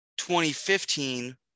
2015